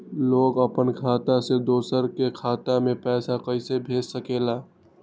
लोग अपन खाता से दोसर के खाता में पैसा कइसे भेज सकेला?